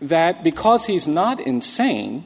that because he's not insane